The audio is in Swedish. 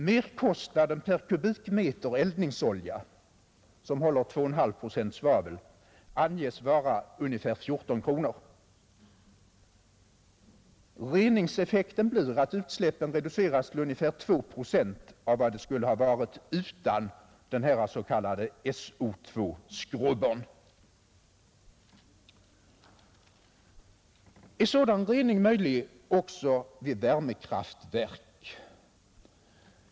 Merkostnaden per kubikmeter eldningsolja, som håller 2,5 procent svavel, anges vara ungefär 14 kronor, Reningseffekten blir sådan att utsläppen reduceras till ungefär 2 procent av vad de skulle ha varit utan denna s.k. SO2-skrubber. Är sådan rening möjlig också vid värmekraftverk?